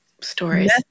stories